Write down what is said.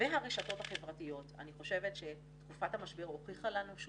הרשתות החברתיות - אני חושבת שתקופת המשבר הוכיחה לנו את